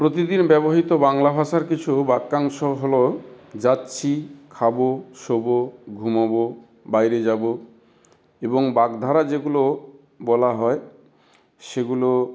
প্রতিদিন ব্যবহৃত বাংলা ভাষার কিছু বাক্যাংশ হল যাচ্ছি খাবো শোবো ঘুমাবো বাইরে যাবো এবং বাগধারা যেগুলো বলা হয় সেগুলো